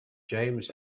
james